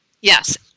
Yes